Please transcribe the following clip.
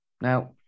Now